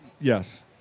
Yes